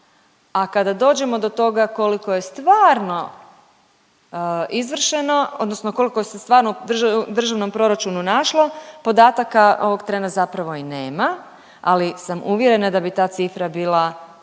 a kada dođemo do toga koliko je stvarno izvršeno odnosno kolko se stvarno u državnom proračunu našlo podataka ovog trena zapravo i nema, ali sam uvjerena da bi ta cifra bila